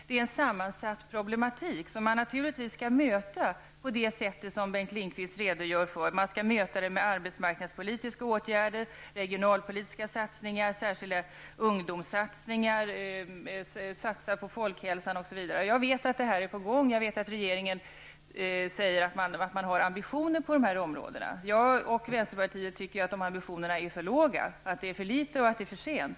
Det är en sammansatt problematik som man naturligtvis skall möta på det sätt som Bengt Lindqvist redogör för. Man skall möta den med arbetsmarknadspolitiska åtgärder, regionalpolitiska satsningar, särskilda ungdomssatsningar samt genom att satsa på folkhälsan osv. Jag vet att detta är på gång. Jag vet att regeringen säger att man har ambitioner på de här områdena, men jag och vänsterpartiet tycker att de ambitionerna är för låga. Det är för litet och det är för sent.